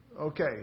Okay